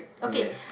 yes